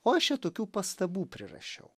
o aš tokių pastabų prirašiau